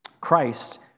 Christ